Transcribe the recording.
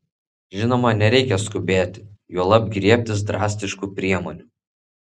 žinoma nereikia skubėti juolab griebtis drastiškų priemonių